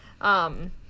Um-